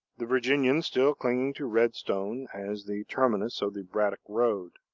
the virginians still clinging to redstone, as the terminus of the braddock road.